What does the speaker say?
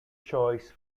choice